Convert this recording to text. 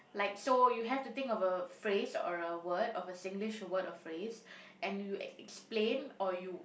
like so you have to think of a phrase or a word of a Singlish word or phrase and you explain or you